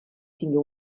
tingué